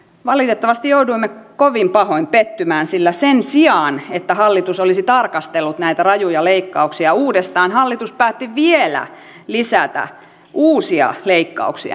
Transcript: valitettavasti jouduimme kovin pahoin pettymään sillä sen sijaan että hallitus olisi tarkastellut näitä rajuja leikkauksia uudestaan hallitus päätti vielä lisätä uusia leikkauksia nimenomaan kehitysyhteistyöhön